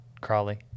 crawley